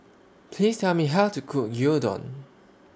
Please Tell Me How to Cook Gyudon